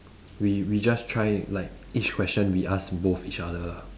we we just try like each question we ask both each other lah